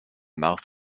mouth